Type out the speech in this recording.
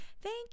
Thank